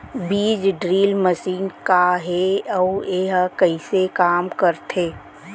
बीज drill machine का हे अऊ एहा कइसे काम करथे?